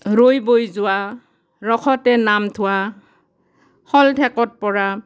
ৰৈ বৈ যোৱা ৰসতে নাম থোৱা শলঠেকত পৰা